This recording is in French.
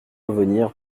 revenir